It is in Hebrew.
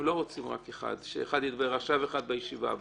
הם לא רוצים רק אחד שאחד ידבר עכשיו ואחד בישיבה הבאה.